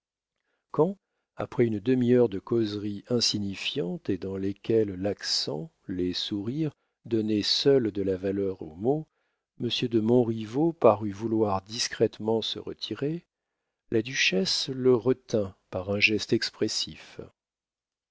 quand après une demi-heure de causeries insignifiantes et dans lesquelles l'accent les sourires donnaient seuls de la valeur aux mots monsieur de montriveau parut vouloir discrètement se retirer la duchesse le retint par un geste expressif